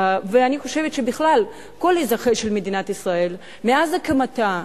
ואני חושב שבכלל כל אזרחי מדינת ישראל מאז הקמתה,